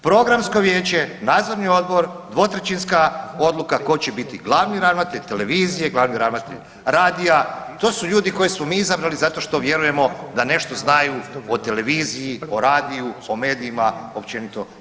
Programsko vijeće, Nadzorni odbor, dvotrećinska odluka tko će biti glavni ravnatelj televizije, glavni ravnatelj radija, to su ljudi koje smo mi izabrali zato što vjerujemo da nešto znaju o televiziji, o radiju, o medijima, općenito.